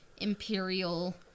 Imperial